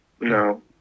No